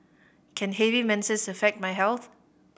can heavy menses affect my health